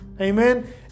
Amen